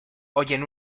oyen